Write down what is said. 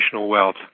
wealth